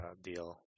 deal